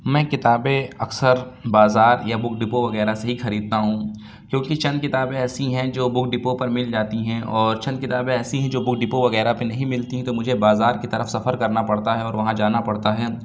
میں کتابیں اکثر بازار یا بک ڈپو وغیرہ سے ہی خریدتا ہوں کیوں کہ چند کتابیں ایسی ہیں جو بک ڈپو پر مل جاتی ہیں اور چند کتابیں ایسی ہیں جو بک ڈپو وغیرہ پہ نہیں ملتی تو مجھے بازار کی طرف سفر کرنا پڑتا ہے اور وہاں جانا پڑتا ہے